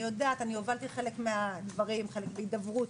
אני יודעת, אני הובלתי חלק מהדברים, חלק בהידברות.